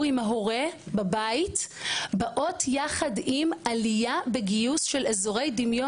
הם ההורה בבית באות יחד עם עלייה בגיוס של אזורי דמיון.